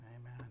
Amen